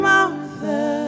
Martha